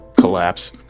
collapse